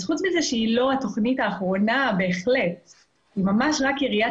חוץ מזה שזאת לא התכנית האחרונה בהחלט אלא ממש רק יריית